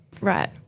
Right